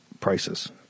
prices